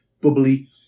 bubbly